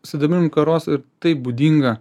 sidabrinių karos tai būdinga